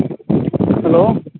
hello